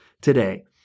today